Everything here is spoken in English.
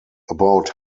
about